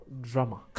drama